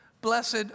blessed